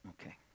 okay